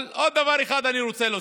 אבל עוד דבר אחד אני רוצה להוסיף: